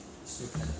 少饭